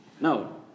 No